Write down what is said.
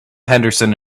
henderson